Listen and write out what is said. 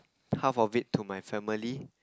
half of it to my family